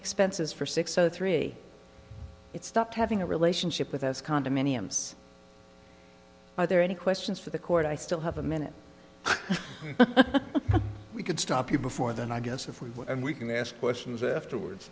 expenses for six o three it stopped having a relationship with us condominiums are there any questions for the court i still have a minute we could stop you before then i guess if we were and we can ask questions afterwards